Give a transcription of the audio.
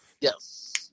Yes